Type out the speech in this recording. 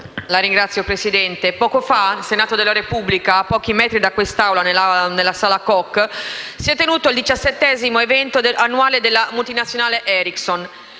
Signor Presidente, poco fa al Senato della Repubblica, a pochi metri da quest'Aula, nella sala Koch, si è tenuto il XVII evento annuale della multinazionale Ericsson.